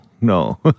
no